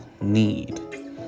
need